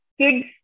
kids